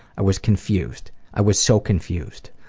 i was confused. i was so confused.